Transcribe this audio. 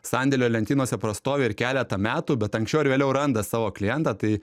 sandėlio lentynose prastovi ir keletą metų bet anksčiau ar vėliau randa savo klientą tai